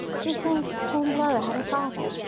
d'you think hornblower had a father?